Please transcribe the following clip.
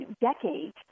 decades